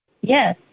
Yes